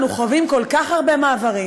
הילדים שלנו חווים כל כך הרבה מעברים,